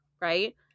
right